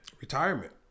retirement